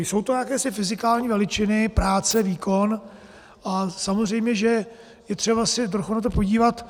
Jsou to jakési fyzikální veličiny, práce výkon, a samozřejmě že je třeba se trošku na to podívat.